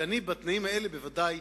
שאני בתנאים האלה בוודאי,